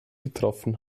getroffen